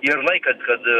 ir laikant kad